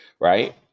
right